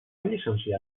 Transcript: llicenciar